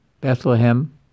Bethlehem